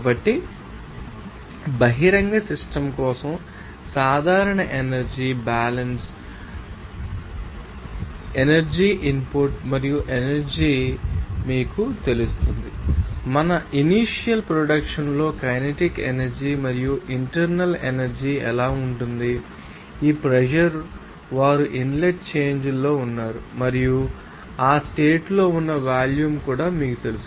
కాబట్టి బహిరంగ సిస్టమ్ కోసం సాధారణ ఎనర్జీ బ్యాలన్స్ త మీకు తెలుస్తుందని మేము వ్యక్తం చేస్తే ఎనర్జీ ఇన్పుట్ మరియు ఎనర్జీ మీకు తెలుసు ఇక్కడ మనకు ఇనీషియల్ ప్రొడక్షన్ లో కైనెటిక్ ఎనర్జీ మరియు ఇంటర్నల్ ఎనర్జీ ఎలా ఉంటుంది ఈ ప్రెషర్ వారు ఇన్లెట్ చేంజ్ లో ఉన్నారు మరియు ఆ స్టేట్ లో ఉన్న వాల్యూమ్ కూడా మీకు తెలుసు